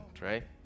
right